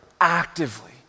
actively